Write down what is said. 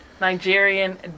nigerian